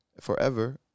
forever